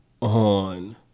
on